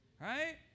right